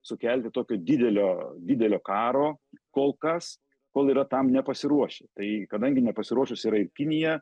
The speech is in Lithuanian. sukelti tokio didelio didelio karo kol kas kol yra tam nepasiruošę tai kadangi nepasiruošus yra ir kinija